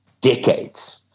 decades